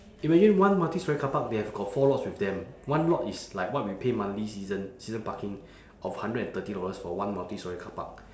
imagine one multistorey carpark they have got four lots with them one lot is like what we pay monthly season season parking of hundred and thirty dollars for one multistorey carpark